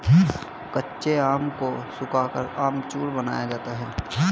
कच्चे आम को सुखाकर अमचूर बनाया जाता है